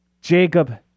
Jacob